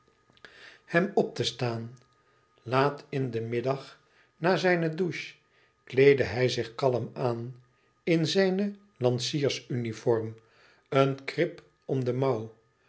hem op te staan laat in den middag na zijne douche kleedde hij zich kalm aan in zijne lanciersuniform een krip om de mouw